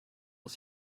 aus